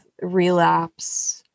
relapse